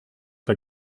bei